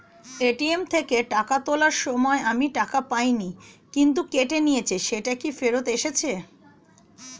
ATM থেকে টাকা তোলার সময় আমি টাকা পাইনি কিন্তু কেটে নিয়েছে সেটা কি ফেরত এসেছে?